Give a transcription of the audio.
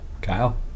Kyle